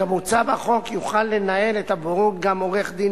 כמוצע בחוק יוכל לנהל את הבוררות גם עורך-דין